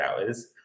hours